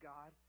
God